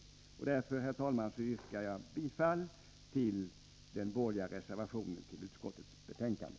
Jag yrkar därför, herr talman, bifall till den borgerliga reservationen till utskottets betänkande.